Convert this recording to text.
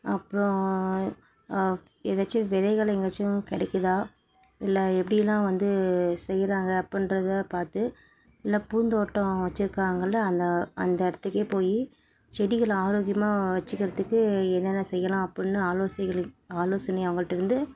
அப்புறோம் ஏதாச்சும் விதைகள் எங்காயாச்சும் கிடைக்கிதா இல்லை எப்படிலாம் வந்து செய்கிறாங்க அப்படின்றத பார்த்து இல்லைனா பூந்தோட்டம் வச்சிருக்காங்கள அந்த அந்த இடத்துக்கே போய் செடிகள் ஆரோக்கியமாக வச்சிக்கிறத்துக்கு என்னென்ன செய்யலாம் அப்படின்னு ஆலோசைகள் ஆலோசனை அவங்கள்ட்ட இருந்து